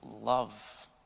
love